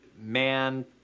man